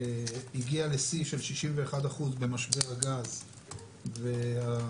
הגיע לשיא של 61% במשבר הגז והדלקים